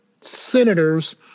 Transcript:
senators